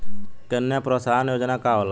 कन्या प्रोत्साहन योजना का होला?